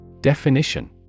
Definition